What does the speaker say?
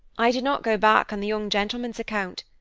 i did not go back on the young gentleman's account.